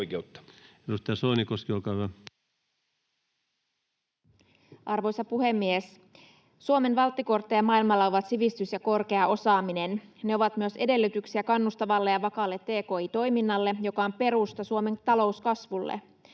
Arvoisa puhemies! Suomen valttikortteja maailmalla ovat sivistys ja korkea osaaminen. Ne ovat myös edellytyksiä kannustavalle ja vakaalle tki-toiminnalle, joka on perusta Suomen talouskasvulle.